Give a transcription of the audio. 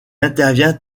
intervient